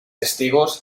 testigos